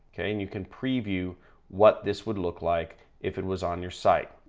okay? and you can preview what this would look like if it was on your site,